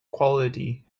quality